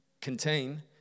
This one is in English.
contain